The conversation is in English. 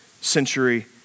century